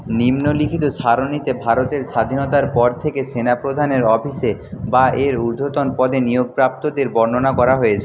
নিম্নলিখিত সারণীতে ভারতের স্বাধীনতার পর থেকে সেনা প্রধানের অফিসে বা এর ঊর্ধ্বতন পদে নিয়োগ প্রাপ্তদের বর্ণনা করা হয়েছে